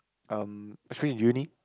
um especial in uni